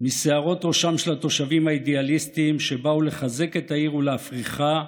משערות ראשם של התושבים האידיאליסטים שבאו לחזק את העיר ולהפריחה,